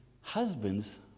husbands